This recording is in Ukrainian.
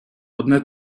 одне